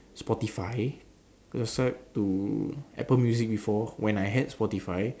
Spotify I subscribe to apple music before when I had Spotify